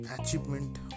achievement